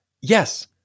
Yes